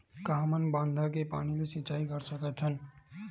का हमन बांधा के पानी ले सिंचाई कर सकथन?